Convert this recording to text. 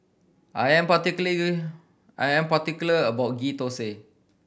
I am I am particular about Ghee Thosai